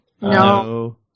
No